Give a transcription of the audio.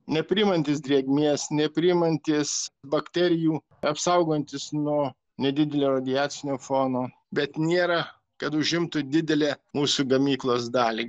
nepriimantys drėgmės nepriimantys bakterijų apsaugantys nuo nedidelio radiacinio fono bet nėra kad užimtų didelę mūsų gamyklos dalį